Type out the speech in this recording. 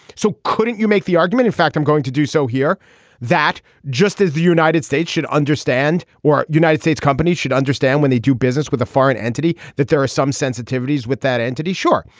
so couldn't you make the argument in fact i'm going to do so here that just as the united states should understand where united states companies should understand when they do business with a foreign entity that there are sensitivities with that entity sure.